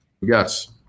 Yes